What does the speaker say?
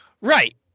Right